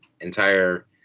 entire